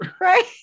Right